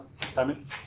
Simon